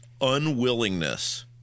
unwillingness